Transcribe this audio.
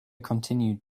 continued